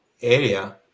area